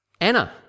Anna